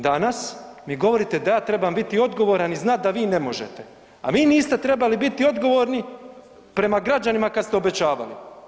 Danas mi govorite da ja trebam biti odgovoran i znat da vi ne možete, a vi niste trebali biti odgovorni prema građanima kad ste obećavali.